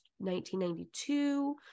1992